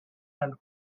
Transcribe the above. and